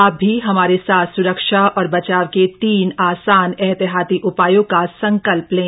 आप भी हमारे साथ स्रक्षा और बचाव के तीन आसान एहतियाती उपायों का संकल्प लें